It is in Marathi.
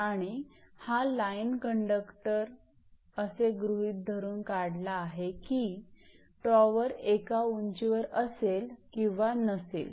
आणि हा लाईन कंडक्टर असे गृहीत धरून काढला आहे की टॉवर एका उंचीवर असेल किंवा नसेल